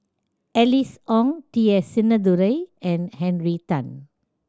Alice Ong T S Sinnathuray and Henry Tan